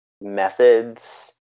methods